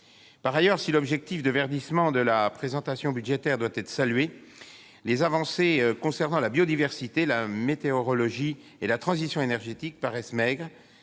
Par ailleurs, si l'objectif de « verdissement » de la présentation budgétaire doit être salué, les avancées concernant la biodiversité, la météorologie et la transition énergétique paraissent maigres.